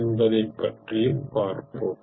என்பதை பற்றியும் பார்ப்போம்